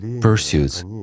pursuits